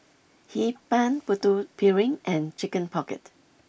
Hee Pan Putu Piring and Chicken Pocket